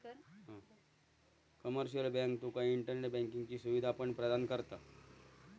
commercial bank तुका internet बँकिंगची सुवीधा पण प्रदान करता